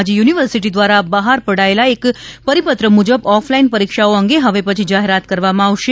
આજે યુનિવર્સિટી દ્વારા બહાર પડાયેલા એક પરિપત્ર મુજબ ઓફલાઇન પરીક્ષાઓ અંગે હવે પછી જાહેરાત કરવામાં આવશે